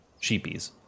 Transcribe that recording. sheepies